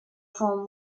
form